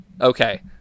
Okay